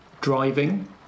driving